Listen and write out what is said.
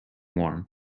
warm